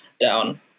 down